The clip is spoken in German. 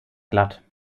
glatt